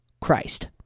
Christ